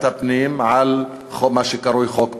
הפנים על מה שקרוי חוק פראוור-בגין.